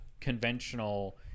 conventional